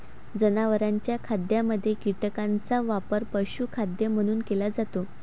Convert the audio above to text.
जनावरांच्या खाद्यामध्ये कीटकांचा वापर पशुखाद्य म्हणून केला जातो